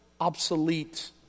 obsolete